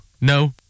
no